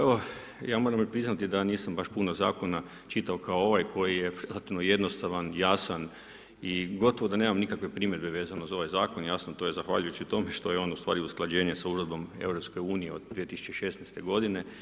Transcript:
Evo, ja moram i priznati da nisam baš puno zakona čitao kao ovaj koji je relativno jednostavan, jasan i gotovo da nemam nikakve primjedbe vezane uz ovaj zakon, jasno to je zahvaljujući tome što je on ustvari usklađeniji s Uredbom EU od 2016. godine.